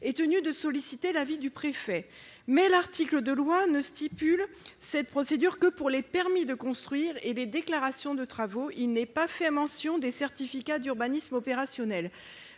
est tenu de solliciter l'avis du préfet. Mais cet article ne prévoit cette procédure que pour les permis de construire et les déclarations de travaux, sans qu'il soit fait mention du certificat d'urbanisme opérationnel.